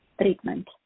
treatment